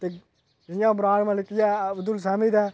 ते